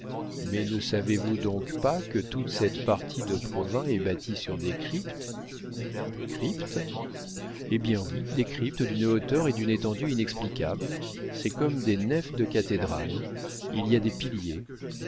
mais ne savez-vous donc pas que toute cette partie de provins est bâtie sur des cryptes cryptes hé bien oui des cryptes d'une hauteur et d'une étendue inexplicables c'est comme des nefs de cathédrales il y a des piliers